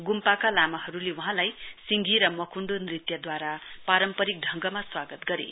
गुम्पाका लामाहरूले वहाँलाई सिंधि र मकुण्डो नृत्यद्वारा पारम्परिक ढंगमा स्वागत गरे